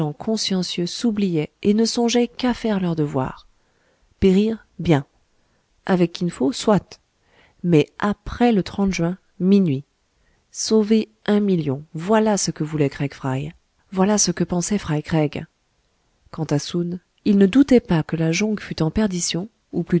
consciencieux s'oubliaient et ne songeaient qu'à faire leur devoir périr bien avec kin fo soit mais après le juin minuit sauver un million voilà ce que voulaient craig fry voilà ce que pensaient fry craig quant à soun il ne se doutait pas que la jonque fût en perdition